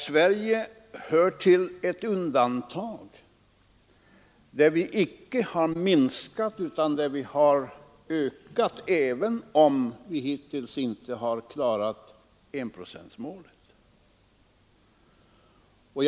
Sverige hör till undantagen: vi har icke minskat våra bidrag utan ökat dem, även om vi hittills inte har klarat enprocentsmålet.